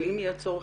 אבל אם יהיה צורך,